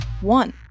One